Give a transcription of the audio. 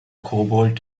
kobold